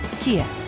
Kia